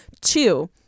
Two